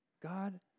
God